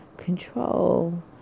Control